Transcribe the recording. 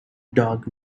dog